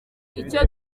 icyo